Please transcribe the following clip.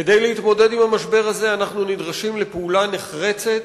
כדי להתמודד עם המשבר הזה אנחנו נדרשים לפעולה נחרצת,